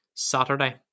saturday